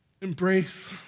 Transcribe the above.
Embrace